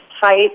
tight